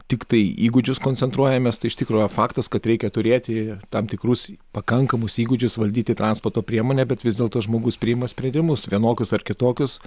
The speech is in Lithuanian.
tiktai įgūdžius koncentruojamės tai iš tikro faktas kad reikia turėti tam tikrus pakankamus įgūdžius valdyti transporto priemonę bet vis dėlto žmogus priima sprendimus vienokius ar kitokius